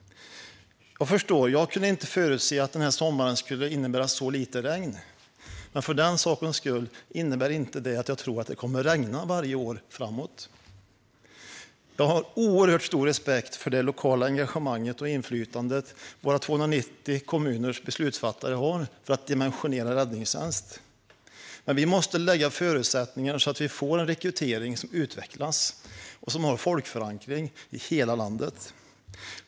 Jag förstår. Jag kunde inte förutse att denna sommar skulle innebära så lite regn, men för den sakens skull innebär inte det att jag tror att det kommer att regna varje år framöver. Jag har oerhört stor respekt för det lokala engagemanget och för det inflytande som våra 290 kommuners beslutsfattare har när det gäller att dimensionera räddningstjänst, men vi måste ge förutsättningar så att vi får en rekrytering som utvecklas och som har folkförankring i hela landet.